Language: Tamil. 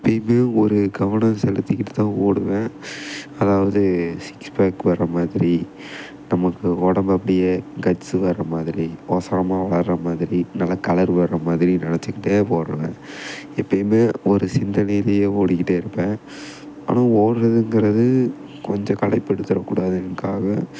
எப்போயுமே ஒரு கவனம் செலுத்திக்கிட்டு தான் ஓடுவேன் அதாவது சிக்ஸ் பேக் வரமாதிரி நமக்கு ஒடம்பை அப்படியே கட்ஸு வர மாதிரி உசரமா வரமாதிரி நல்ல கலர் வரமாதிரி நினைச்சிக்கிட்டே ஓடுவேன் எப்போயுமே ஒரு சிந்தனையிலே ஓடிக்கிட்டே இருப்பேன் ஆனால் ஓடுறதுங்கிறது கொஞ்சம் களைப்பு எடுத்துவிட கூடாதுன்காக